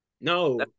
No